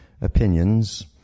opinions